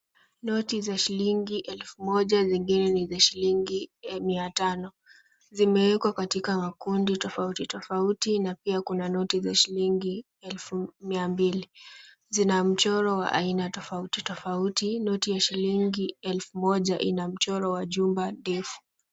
Noti za shilingi elfu moja zingine ni za shilingi mia tano zimewekwa katika makundi tofauti tofauti na pia kuna noti za shilingi elfu mia mbili. Zina mchoro wa aina tofauti tofauti. Noti ya shilingi elfu moja ina mchoro wa jumba ndefu.